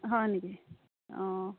হয় নেকি অঁ